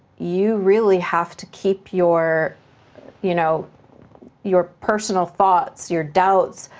you really have to keep your you know your personal thoughts, your doubts,